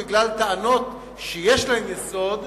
בגלל טענות שיש להן יסוד,